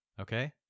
Okay